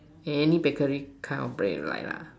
any bakery kind of bread you like lah